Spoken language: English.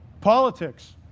Politics